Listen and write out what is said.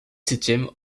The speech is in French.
septième